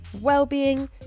well-being